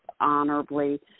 honorably